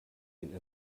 den